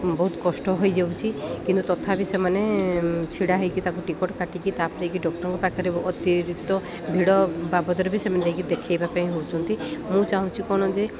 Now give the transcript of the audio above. ବହୁତ କଷ୍ଟ ହୋଇଯାଉଛି କିନ୍ତୁ ତଥାପି ସେମାନେ ଛିଡ଼ା ହେଇକି ତାକୁ ଟିକେଟ୍ କାଟିକି ତାପରେ ଯକି ଡକ୍ଟରଙ୍କ ପାଖରେ ଅତିରିକ୍ ଭିଡ଼ ବାବଦରେ ବି ସେମାନେ ଯାଇକି ଦେଖାଇବା ପାଇଁ ହେଉଛନ୍ତି ମୁଁ ଚାହୁଁଛି କ'ଣ ଯେ